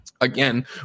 again